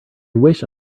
wish